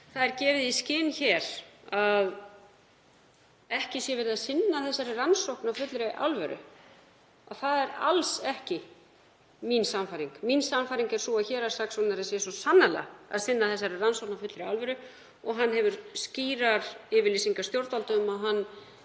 gott ef gefið er í skyn hér að ekki sé verið að sinna þessari rannsókn af fullri alvöru, að það er alls ekki mín sannfæring. Mín sannfæring er sú að héraðssaksóknari sé svo sannarlega að sinna þessari rannsókn af fullri alvöru og hann hefur skýrar yfirlýsingar stjórnvalda um að hann